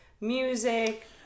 music